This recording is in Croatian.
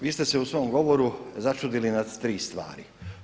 Vi ste se u svom govoru začudili na 3 stvari.